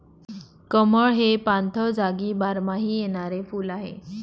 कमळ हे पाणथळ जागी बारमाही येणारे फुल आहे